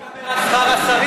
בוא נדבר על שכר השרים,